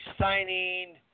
signing